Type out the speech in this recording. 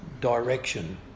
direction